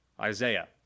Isaiah